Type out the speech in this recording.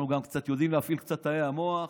אנחנו גם קצת יודעים להפעיל את תאי המוח,